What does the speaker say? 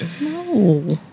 no